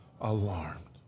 alarmed